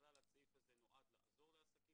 לסעיף